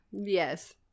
Yes